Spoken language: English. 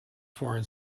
foreign